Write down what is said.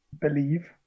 believe